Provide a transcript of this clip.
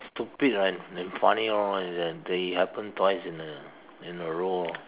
stupid and and funny lor is uh that it happen twice in a in a row orh